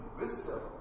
wisdom